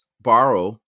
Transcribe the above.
Borrow